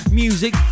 music